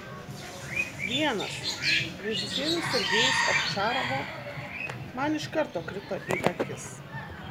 vienas režisieriaus sergejaus ovčarovo man iš karto krito į akis